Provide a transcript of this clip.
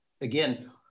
again